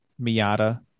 miata